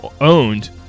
owned